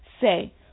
Say